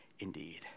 indeed